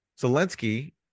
Zelensky